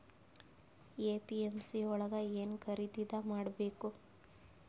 APMC ಯೊಳಗ ಏನ್ ಖರೀದಿದ ಮಾಡ್ಬೇಕು?